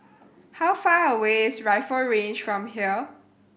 how far away is Rifle Range from here